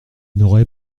n’aurez